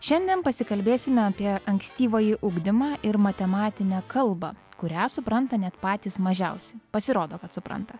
šiandien pasikalbėsime apie ankstyvąjį ugdymą ir matematinę kalbą kurią supranta net patys mažiausi pasirodo kad supranta